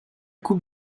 coupe